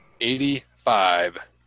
Eighty-five